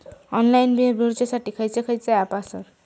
Online bill भरुच्यासाठी खयचे खयचे ऍप आसत?